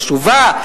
חשובה,